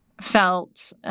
felt